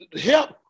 help